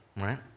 right